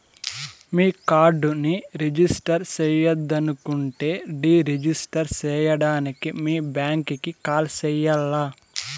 మీ కార్డుని రిజిస్టర్ చెయ్యొద్దనుకుంటే deregister సేయడానికి మీ బ్యాంకీకి కాల్ సెయ్యాల్ల